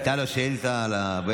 הייתה לו שאילתה על הבדואים שבנגב.